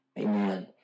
Amen